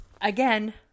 Again